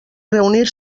reunir